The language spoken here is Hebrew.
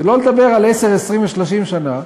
שלא לדבר על עשר, 20 ו-30 שנה,